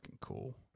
cool